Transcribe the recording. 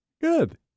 Good